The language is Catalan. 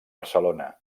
barcelona